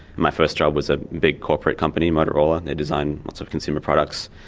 my first job was a big corporate company, motorola, and they design lots of consumer products.